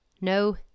No